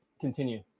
continue